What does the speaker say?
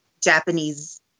Japanese